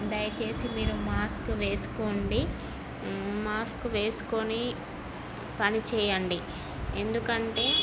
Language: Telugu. దయచేసి మీరు మాస్క్ వేసుకోండి మాస్క్ వేసుకొని పని చేయండి ఎందుకంటే